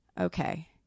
Okay